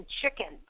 chicken